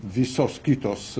visos kitos